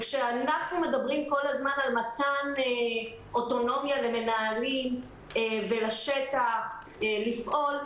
כשאנחנו מדברים כל הזמן על מתן אוטונומיה למנהלים ולשטח לפעול,